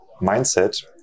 mindset